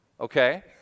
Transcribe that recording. okay